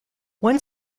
one